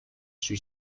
sui